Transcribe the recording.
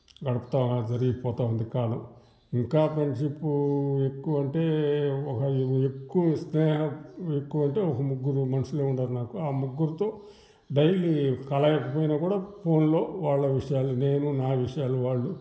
గడపతా మొత్తం అలా జరిగిపోతా ఉంది కాలం ఇంకా ఫ్రెండ్షిప్పు ఎక్కువంటే ఎక్కువ స్నేహం ఎక్కువంటే ఒక ముగ్గురు మనుషులే ఉండారు నాకు ఆ ముగ్గురితో డెయిలీ కలయకపోయినా కూడా ఫోన్లో వాళ్ళ విషయాలు నేను నా విషయాలు వాళ్ళు